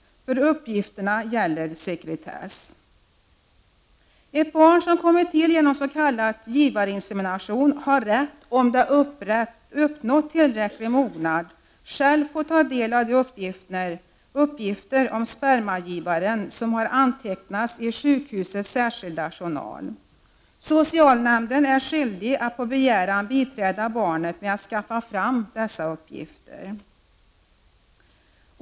Uppgifterna är belagda med sekretess. Ett barn som kommit till genom s.k. givarinsemination har rätt, om det uppnått tillräcklig mognad, att själv få del av de uppgifter om spermagivaren som har antecknats i sjukhusets särskilda journal. Socialnämnden är skyldig att på begäran biträda barnet med att skaffa fram dessa uppgifter.